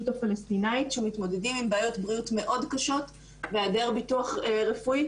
הפלסטינית שמתמודדים עם בעיות בריאות מאוד קשות והיעדר ביטוח רפואי,